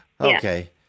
Okay